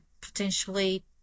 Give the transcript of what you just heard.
potentially